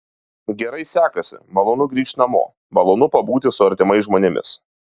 gerai sekasi malonu grįžt namo malonu pabūti su artimais žmonėmis